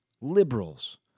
liberals